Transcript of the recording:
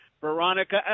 Veronica